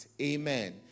Amen